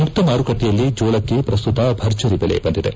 ಮುಕ್ತ ಮಾರುಕಟ್ಟೆಯಲ್ಲಿ ಜೋಳಕ್ಕೆ ಪ್ರಸ್ತುತ ಭರ್ಜರಿ ಬೆಲೆ ಬಂದಿದೆ